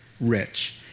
rich